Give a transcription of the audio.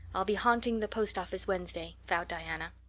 i'll be haunting the post office wednesday, vowed diana.